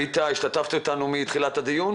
השתתפת איתנו מתחילת הדיון?